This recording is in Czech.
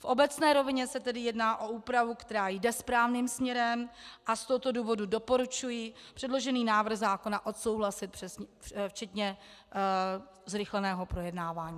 V obecné rovině se tedy jedná o úpravu, která jde správným směrem, a z tohoto důvodu doporučuji předložený návrh zákona odsouhlasit, včetně zrychleného projednávání.